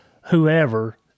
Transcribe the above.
whoever